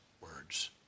words